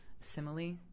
Simile